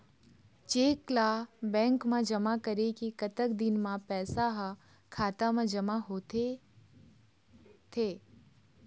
Cheque ला bank मा जमा करे के कतक दिन मा पैसा हा खाता मा जमा होथे थे?